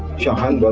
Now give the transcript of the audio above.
shahan,